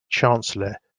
chancellor